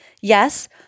Yes